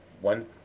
one